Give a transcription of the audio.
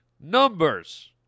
numbers